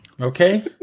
Okay